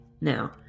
Now